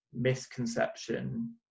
misconception